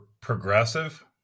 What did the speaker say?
progressive